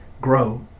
Grow